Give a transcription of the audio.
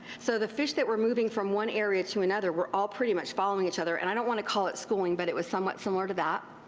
so the fish that were moving from one area to another were all pretty much following each other, and i donit but want to call it schooling, but it was somewhat similar to that.